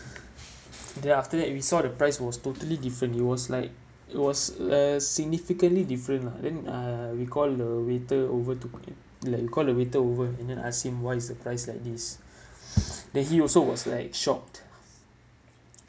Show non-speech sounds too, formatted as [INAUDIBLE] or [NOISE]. then after that we saw the price was totally different it was like it was uh significantly different lah then uh we call the waiter over to like like we call the waiter over and then ask him why is the price like this [BREATH] then he also was like shocked